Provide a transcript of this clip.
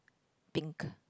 pink